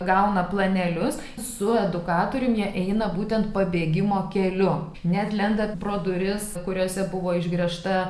gauna planelius su edukatorium jie eina būtent pabėgimo keliu net lenda pro duris kuriose buvo išgręžta